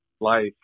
life